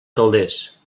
calders